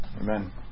Amen